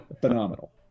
phenomenal